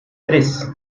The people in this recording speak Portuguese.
três